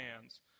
hands